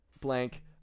blank